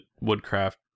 woodcraft